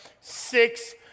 six